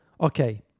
Okay